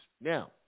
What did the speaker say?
Now